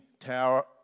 tower